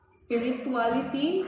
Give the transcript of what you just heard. spirituality